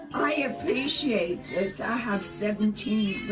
i appreciate this i have seventeen